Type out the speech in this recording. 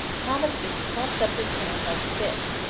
thomas just clumps up his hand like a fist,